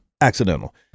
Accidental